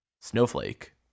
snowflake